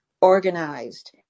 organized